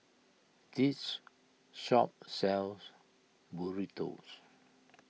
this shop sells Burritos